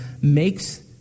makes